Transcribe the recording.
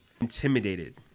intimidated